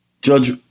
Judge